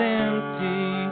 empty